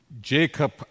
Jacob